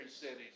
cities